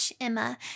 Emma